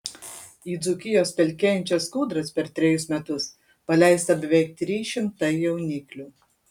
į dzūkijos pelkėjančias kūdras per trejus metus paleista beveik trys šimtai jauniklių